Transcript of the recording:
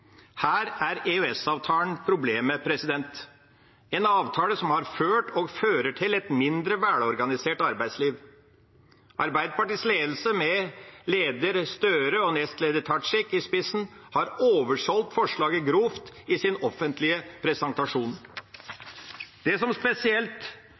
Her er EØS-avtalen problemet – en avtale som har ført og fører til et mindre velorganisert arbeidsliv. Arbeiderpartiets ledelse med leder Støre og nestleder Tajik i spissen har oversolgt forslaget grovt i sin offentlige